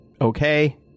okay